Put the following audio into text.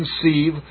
conceive